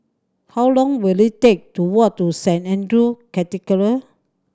how long will it take to walk to Saint Andrew's Cathedral